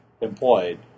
employed